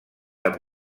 amb